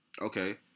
Okay